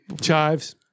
chives